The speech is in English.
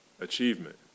achievement